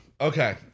Okay